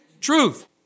truth